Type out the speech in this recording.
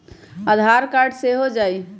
आधार card से हो जाइ?